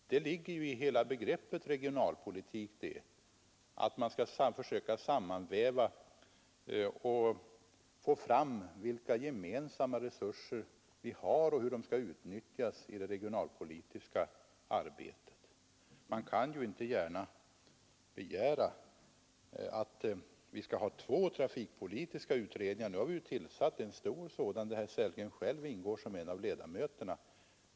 Det ligger i hela begreppet regionalpolitik att man skall försöka väva samman och få fram vilka gemensamma resurser vi har och hur de skall utnyttjas i det regionalpolitiska arbetet. Vi kan ju inte gärna ha två trafikpolitiska utredningar. Vi har ju redan tillsatt en stor utredning, i vilken herr Sellgren själv ingår som ledamot.